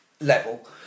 level